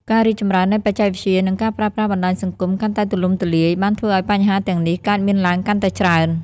ការរីកចម្រើននៃបច្ចេកវិទ្យា និងការប្រើប្រាស់បណ្ដាញសង្គមកាន់តែទូលំទូលាយ បានធ្វើឱ្យបញ្ហាទាំងនេះកើតមានឡើងកាន់តែច្រើន។